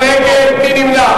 קידום הנגב והגליל),